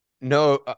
no